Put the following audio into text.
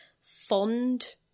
fond